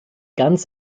ganz